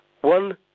one